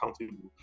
accountable